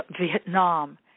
Vietnam